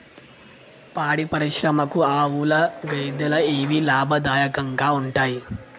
పాడి పరిశ్రమకు ఆవుల, గేదెల ఏవి లాభదాయకంగా ఉంటయ్?